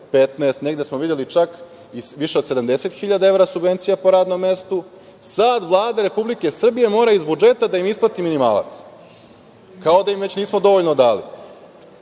15, negde smo videli čak i više od 70 hiljada evra subvencija po radnom mestu, sad Vlada Republike Srbije mora iz budžeta da im isplati minimalac. Kao da im već nismo dovoljno dali.